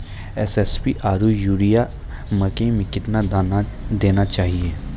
SSP आरु urea मकई मे कितना देना चाहिए?